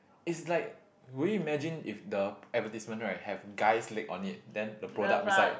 is like would you imagine if the advertisement right have guys leg on it then the product beside